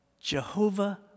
Jehovah